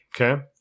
Okay